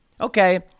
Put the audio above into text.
Okay